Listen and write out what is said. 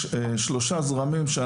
יש שלושה זרמים,